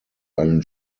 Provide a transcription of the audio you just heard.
einen